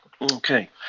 Okay